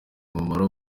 umumaro